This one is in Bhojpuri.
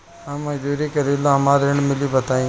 हम मजदूरी करीले हमरा ऋण मिली बताई?